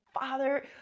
Father